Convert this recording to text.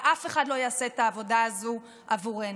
ואף אחד לא יעשה את העבודה הזו עבורנו.